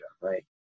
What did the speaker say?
right